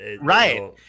Right